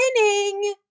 winning